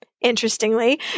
Interestingly